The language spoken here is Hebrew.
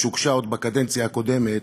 שהוגשה עוד בקדנציה הקודמת,